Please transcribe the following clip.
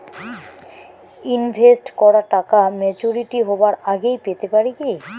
Invest করা টাকা maturity হবার আগেই পেতে পারি কি?